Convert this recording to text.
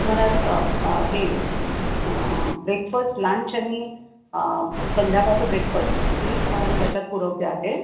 तुम्हाला हे breakfast lunch आणि संध्याकाळचं ब्रेकफस्ट हेही तुम्हाला मी त्याच्यात पुरवते आहे